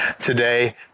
today